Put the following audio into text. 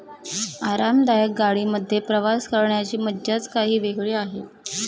आरामदायक गाडी मध्ये प्रवास करण्याची मज्जाच काही वेगळी आहे